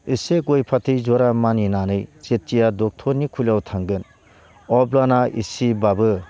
एसे गय फाथै ज'रा मानिनानै जेथिया ड'क्टरनि खुलियाव थांगोन अब्लाना इसेब्लाबो